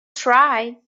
try